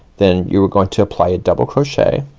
then you're going to apply a double crochet,